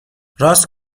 راست